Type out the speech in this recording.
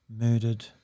murdered